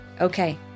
Okay